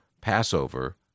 Passover